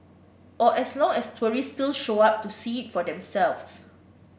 or as long as tourists still show up to see it for themselves